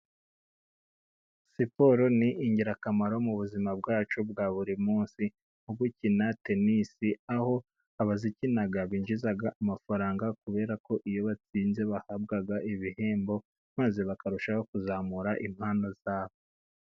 Siporo ni ingirakamaro mu buzima bwacu bwa buri munsi nko gukina tenisi, aho abayikina binjiza amafaranga kubera ko iyo batsinze bahabwa ibihembo, maze bakarushaho kuzamura impano zabo.